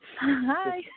Hi